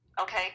Okay